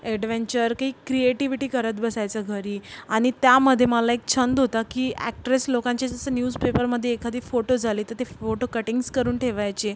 adventure काही creativity करत बसायचं घरी आणि त्यामध्ये मला एक छंद होता की अॅक्ट्रेस लोकांचे जसे न्यूजपेपरमध्ये एखादी फोटो झाले तर ते फोटो कटिंग्ज करून ठेवायचे